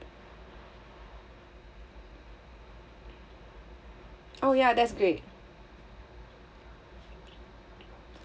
oh ya that's great